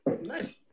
Nice